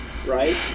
right